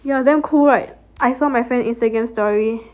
yeah damn cool right I saw my friend Instagram story